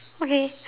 okay